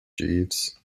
jeeves